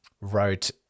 wrote